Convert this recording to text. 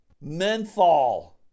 menthol